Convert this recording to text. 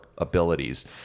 Abilities